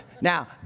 Now